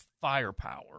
firepower